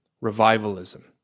revivalism